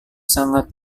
sangat